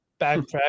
backtrack